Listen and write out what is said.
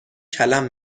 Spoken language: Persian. کلم